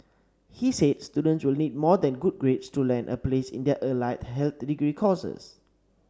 he said students will need more than good grades to land a place in their allied health did degree courses